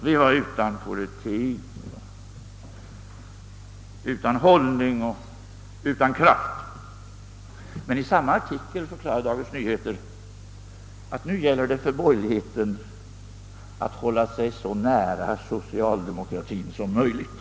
Vi saknade en bestämd politik, vi var utan hållning och kraft. Men i samma artikel förklarade man att nu gäller det för borgerligheten att hålla sig så nära socialdemokratien som möjligt.